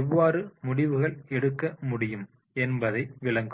எவ்வாறு முடிவுகள் எடுக்க முடியும் என்பதை விளக்கும்